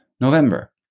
November